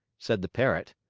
said the parrot.